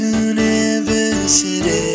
university